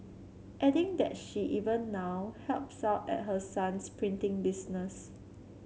adding that she even now helps out at her son's printing business